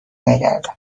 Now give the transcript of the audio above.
نگردم